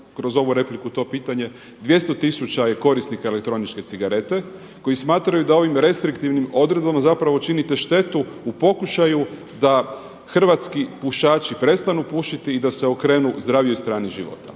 kroz ovu repliku to pitanje, 200 tisuća je korisnika elektroničke cigarete koji smatraju da ovim restriktivnim odredbama zapravo činite štetu u pokušaju da hrvatski pušaći prestanu pušiti i da se okrenu zdravijoj strani života.